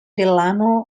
delano